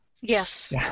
Yes